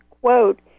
quote